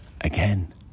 again